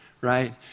right